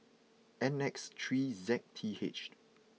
N X three Z T H